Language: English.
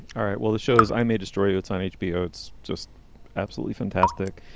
all right. well, this shows i made a story that's on hbo. it's just absolutely fantastic.